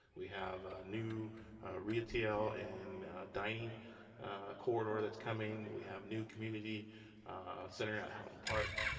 we have a new ria tl and dining corridor that's coming. we have new community center at highland park.